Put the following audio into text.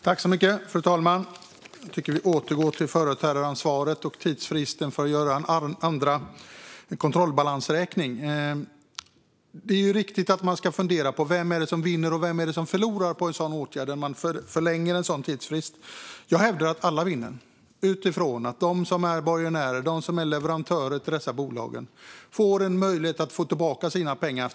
Fru talman! Jag tycker att vi ska återgå till företrädaransvaret och tidsfristen för att upprätta en andra kontrollbalansräkning. Det är riktigt att man ska fundera över vem som vinner och vem som förlorar på en förlängning av en tidsfrist. Jag hävdar att alla vinner utifrån att de som är borgenärer, leverantörer till dessa bolag, får en möjlighet att få tillbaka sina pengar.